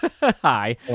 Hi